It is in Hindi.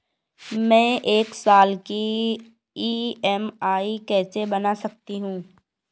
मैं एक साल की ई.एम.आई कैसे बना सकती हूँ?